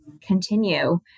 continue